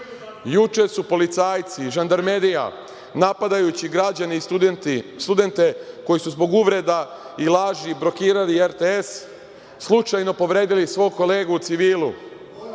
Juče su policajci, žandarmerija, napadajući građane i studente koji su zbog uvreda i laži blokirali RTS, slučajno povredili svog kolegu u civilu. Vučić